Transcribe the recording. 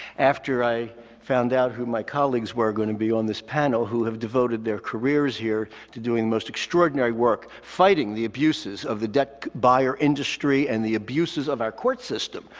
after i found out who my colleagues were going to be on this panel, who have devoted their careers here to most extraordinary work, fighting the abuses of the debt buyer industry and the abuses of our court system,